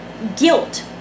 Guilt